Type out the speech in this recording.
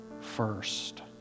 first